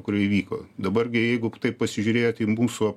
kuri įvyko dabar gi jeigu taip pasižiūrėt į mūsų